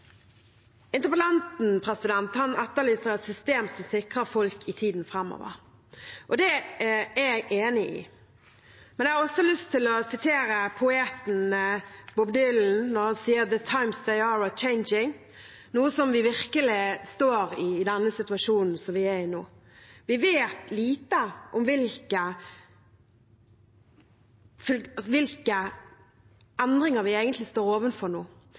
Interpellanten etterlyser et system som sikrer folk i tiden framover. Det er jeg enig i, men jeg har også lyst til å sitere poeten Bob Dylan, når han sier «the times they are a-changing» – noe vi virkelig står i i situasjonen vi er i nå. Vi vet lite om hvilke endringer vi egentlig står overfor nå,